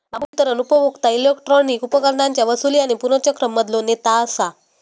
बांबू वितरण उपभोक्ता इलेक्ट्रॉनिक उपकरणांच्या वसूली आणि पुनर्चक्रण मधलो नेता असा